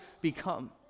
become